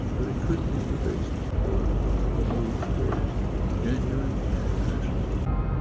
but it could be the basis for the move towards genuine internationalism,